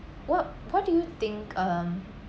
what what do you think um